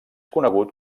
conegut